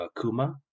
Kuma